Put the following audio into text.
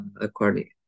according